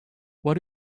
what